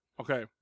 Okay